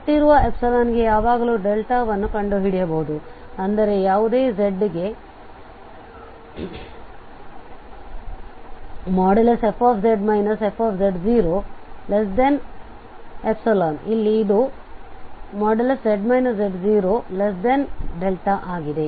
ಕೊಟ್ಟಿರುವ ಗೆ ಯಾವಾಗಲೂ ನ್ನು ಕಂಡುಹಿಡಿಯಬಹುದು ಅಂದರೆ ಯಾವುದೇ z ಗೆ fz fz0ϵ ಇಲ್ಲಿ ಅದು z z0δ ಆಗಿದೆ